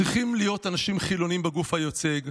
צריכים להיות אנשים חילונים בגוף המייצג,